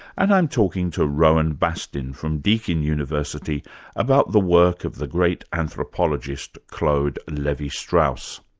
and i'm talking to rohan bastin from deakin university about the work of the great anthropologist, claude levi-strauss.